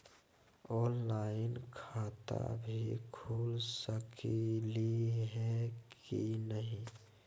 Online खाता भी खुल सकली है कि नही?